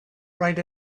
right